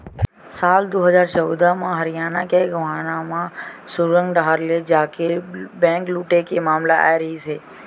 साल दू हजार चौदह म हरियाना के गोहाना म सुरंग डाहर ले जाके बेंक लूटे के मामला आए रिहिस हे